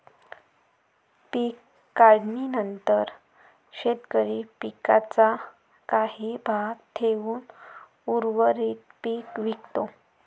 पीक काढणीनंतर शेतकरी पिकाचा काही भाग ठेवून उर्वरित पीक विकतो